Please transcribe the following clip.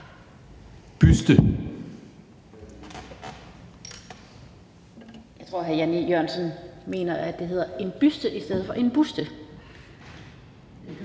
Lind): Jeg tror, at hr. Jan E. Jørgensen mener, at det hedder en byste i stedet for en buste.